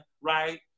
right